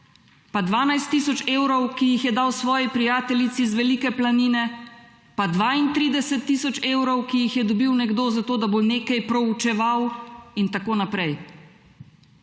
pa 12 tisoč evrov, ki jih je dal svoji prijateljici z Velike Planine, pa 23 tisoč evrov, ki jih je dobil nekdo za to, da bo nekaj proučeval, itn.